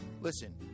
Listen